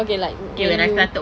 okay like when you